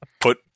put